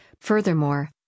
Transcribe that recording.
Furthermore